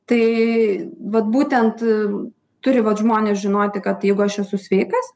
tai vat būtent turi vat žmonės žinoti kad jeigu aš esu sveikas